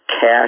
cash